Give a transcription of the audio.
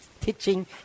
teaching